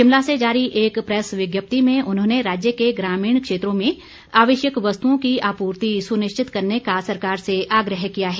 शिमला से जारी एक प्रेस विज्ञप्ति में उन्होंने राज्य के ग्रामीण क्षेत्रों में आवश्यक वस्तुओं की आपूर्ति सुनिश्चित करने का सरकार से आग्रह किया है